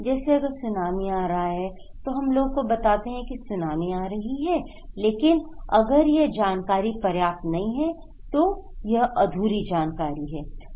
जैसे अगर सुनामी आ रही हो तो हम लोगों को बताते हैं कि सुनामी आ रही है लेकिन अगर यह जानकारी पर्याप्त नहीं है तो यह अधूरी जानकारी है